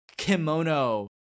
Kimono